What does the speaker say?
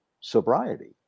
sobriety